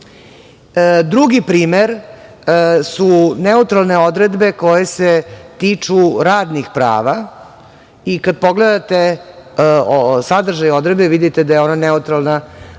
Romi. Drugi primer su neutralne odredbe koje se tiču radnih prava i kad pogledate sadržaj odredbe, vidite da je ona neutralna,